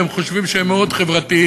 והם חושבים שהם מאוד חברתיים.